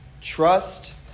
trust